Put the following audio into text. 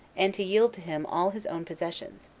and to yield to him all his own possessions,